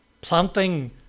planting